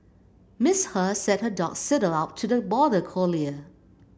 Miss He said that her dog sidled up to the border collie